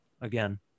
again